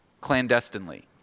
clandestinely